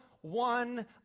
one